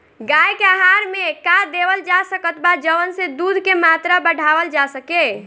गाय के आहार मे का देवल जा सकत बा जवन से दूध के मात्रा बढ़ावल जा सके?